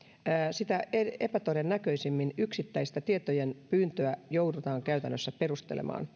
sitä epätodennäköisemmin yksittäistä tietojensaantipyyntöä joudutaan käytännössä perustelemaan